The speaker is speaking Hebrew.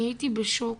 אני הייתי בשוק,